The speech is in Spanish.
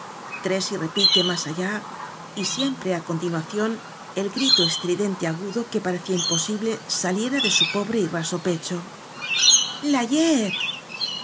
tres y re pique más allá y siempre á continuación el grito estridente agudo que parecía imposible saliera de su pobre y raso pecho la